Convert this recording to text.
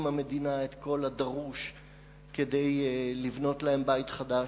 המדינה את כל הדרוש כדי לבנות להם בית חדש.